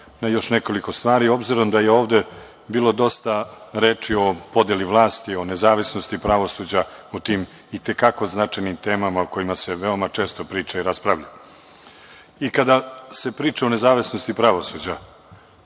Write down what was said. na još nekoliko stvari, s obzirom da je ovde bilo dosta reči o podeli vlasti, o nezavisnosti pravosuđa, o tim i te kako značajnim temama o kojima se veoma često priča i raspravlja. Kada se priča o nezavisnosti pravosuđa,